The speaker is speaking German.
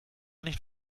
nicht